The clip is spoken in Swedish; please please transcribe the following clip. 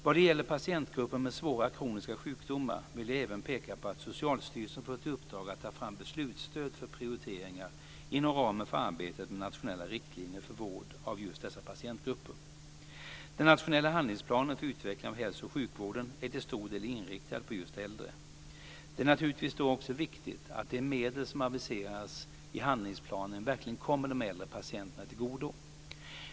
Vad gäller patientgrupper med svåra kroniska sjukdomar vill jag även peka på att Socialstyrelsen fått i uppdrag att ta fram beslutsstöd för prioriteringar inom ramen för arbetet med nationella riktlinjer för vård av just dessa patientgrupper. Den nationella handlingsplanen för utveckling av hälso och sjukvården är till stor del inriktad på just äldre. Det är naturligtvis då också viktigt att de medel som aviseras i handlingsplanen verkligen kommer de äldre patienterna till godo.